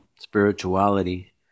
spirituality